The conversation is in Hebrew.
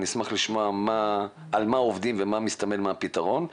אני אשמח לשמוע על מה עובדים ומה מסתמן מהפתרון.